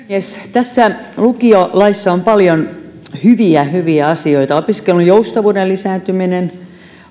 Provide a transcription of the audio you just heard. tässä lukiolaissa on paljon hyviä hyviä asioita opiskelun joustavuuden lisääntyminen